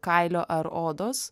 kailio ar odos